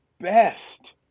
best